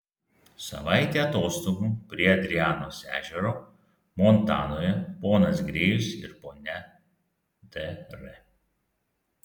savaitė atostogų prie adrianos ežero montanoje ponas grėjus ir ponia d r